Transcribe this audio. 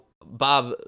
Bob